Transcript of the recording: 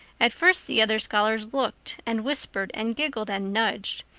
at first the other scholars looked and whispered and giggled and nudged.